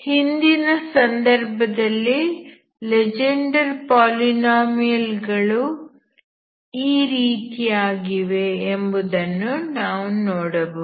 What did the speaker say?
ಹಿಂದಿನ ಸಂದರ್ಭದಲ್ಲಿ Legendre polynomial ಗಳು ಈ ರೀತಿಯಾಗಿವೆ ಎಂಬುದನ್ನು ನಾವು ನೋಡಬಹುದು